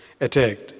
attacked